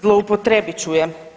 Zloupotrijebit ću je.